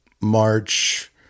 march